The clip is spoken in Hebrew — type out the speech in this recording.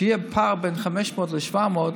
שיהיה פער בין 500 ל-700,